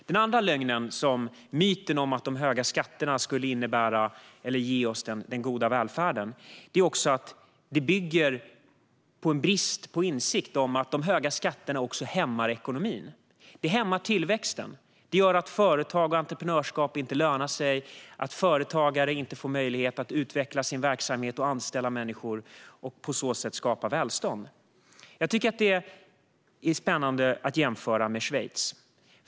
Den andra lögnen bygger på en brist på insikt om att de höga skatterna hämmar ekonomin. De hämmar tillväxten och gör att företag och entreprenörskap inte lönar sig och att företagare inte får möjlighet att utveckla sin verksamhet och anställa människor och på så sätt skapa välstånd. Det är spännande att jämföra med Schweiz.